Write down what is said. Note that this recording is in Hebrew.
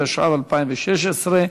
התשע"ו 2016,